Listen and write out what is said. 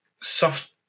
soft